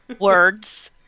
Words